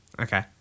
Okay